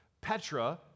Petra